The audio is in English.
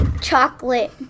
chocolate